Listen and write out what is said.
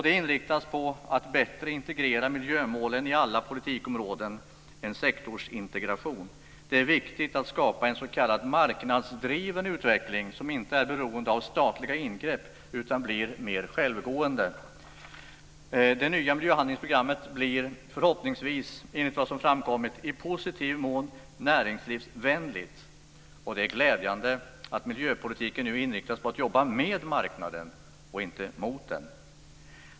Det inriktas på att bättre integrera miljömålen i alla politikområden - en sektorsintegration. Det är viktigt att skapa en s.k. marknadsdriven utveckling, som inte är beroende av statliga ingrepp utan blir mer "självgående". Det nya miljöhandlingsprogrammet blir förhoppningsvis, enligt vad som framkommit, i positiv mån näringslivsvänligt. Det är glädjande att miljöpolitiken nu inriktas på att jobba med marknaden, inte mot den.